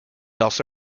also